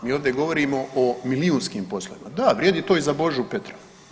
Mi ovdje govorimo o milijunskim poslovima, da, vrijedi to i za Božu Petrova.